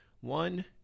one